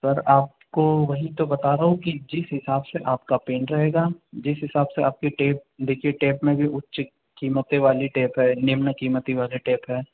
sir आपको वही तो बता रहा हूँ की जिस हिसाब से आपका पेन रहेगा जिस हिसाब से आपकी टेप देखिये टेप में भी उचित कीमतें वाली टेप है निम्न कीमतें वाली टेप है